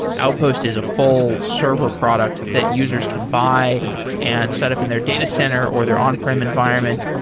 outpost is a full server product that users can buy and set up in their data center or their on-prem environment.